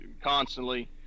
constantly